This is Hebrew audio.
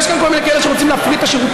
יש כאן כל מיני כאלה שרוצים להפריט את השירותים.